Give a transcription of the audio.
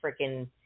freaking